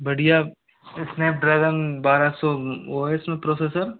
बढ़िया सनेपड्रैगन बारह सौ वो है इसमें प्रोसेसर